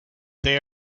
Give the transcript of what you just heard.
they